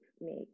make